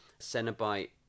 Cenobite